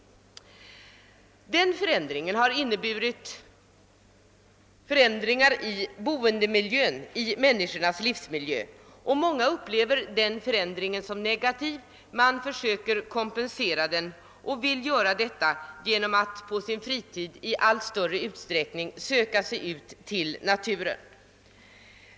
Den förändringen har också inneburit förändringar i boendemiljö och livsmiljö. Många upplever den förändringen som negativ och försöker kompensera den genom att på sin fritid i allt större utsträckning söka sig ut i naturen.